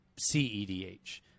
CEDH